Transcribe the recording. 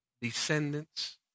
descendants